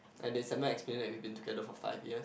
and did Samuel explain that we've been together for five years